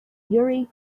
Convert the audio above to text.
jurij